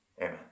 amen